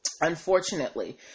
unfortunately